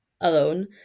alone